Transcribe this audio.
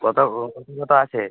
কতো ও কতো আছে